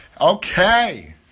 Okay